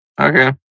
Okay